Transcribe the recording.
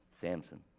Samson